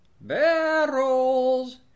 barrels